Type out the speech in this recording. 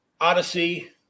Odyssey